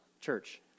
church